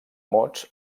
mots